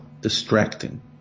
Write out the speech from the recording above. distracting